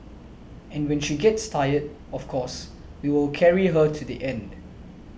and when she gets tired of course we will carry her to the end